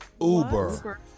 Uber